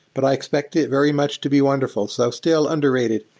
but i expect it very much to be wonderful. so still, underrated.